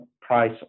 price